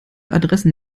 adressen